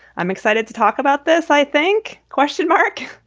i'm excited to talk about this, i think. question mark